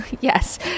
Yes